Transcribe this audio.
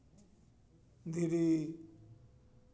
ᱫᱷᱤᱨᱤ